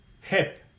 HIP